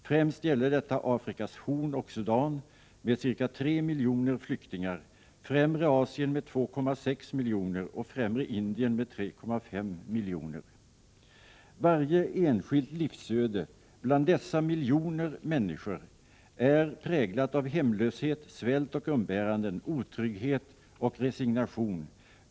Främst gäller detta Afrikas horn och Sudan med ca 3 miljoner flyktingar. Främre Asien med 2,6 miljoner och Främre Indien med 3,5 miljoner. Varje enskilt livsöde bland dessa miljoner människor är präglat av hemlöshet, svält och umbäranden, otrygghet och resignation.